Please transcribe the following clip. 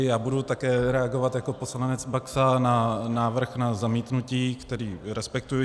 Já budu také reagovat jako poslanec Baxa na návrh na zamítnutí, který respektuji.